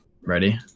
Ready